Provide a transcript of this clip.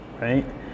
right